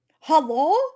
Hello